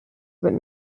but